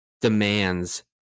demands